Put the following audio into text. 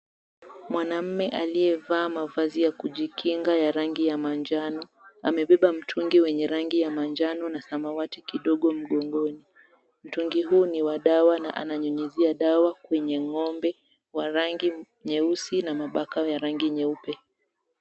Mwanaume aliyevaa mavazi ya kujikinga ya rangi ya manjano amebeba mtungi wenye rangi ya manjano na samawati kidogo mgongoni. Mtungi huu ni wa dawa na ananyunyizia dawa kwenye ng'ombe wa rangi nyeusi na mabaka ya rangi nyeupe.